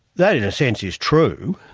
that in a sense is true,